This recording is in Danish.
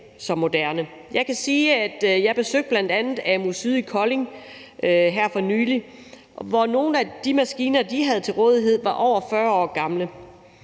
så moderne. Jeg kan sige, at jeg bl.a. besøgte AMU SYD i Kolding her for nylig, hvor nogle af de maskiner, de havde til rådighed, var over 40 år gamle